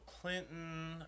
Clinton